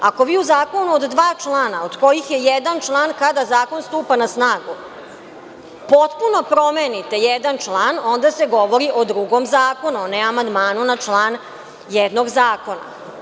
Ako vi u zakonu od dva člana, od kojih je jedan član kada zakon stupa na snagu, potpuno promenite jedan član, onda se govori o drugom zakonu, a ne o amandmanu na član jednog zakona.